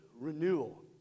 renewal